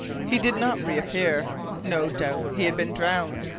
he did not reappear no doubt he had been drowned.